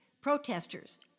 protesters